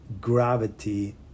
gravity